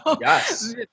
yes